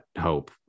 hope